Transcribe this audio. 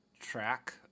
track